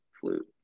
flute